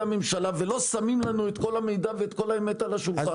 הממשלה ולא שמים לנו את כל המידע ואת כל האמת על השולחן.